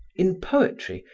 in poetry,